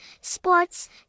sports